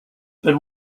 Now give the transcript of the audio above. but